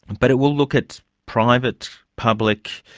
but it will look at private, public,